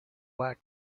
wax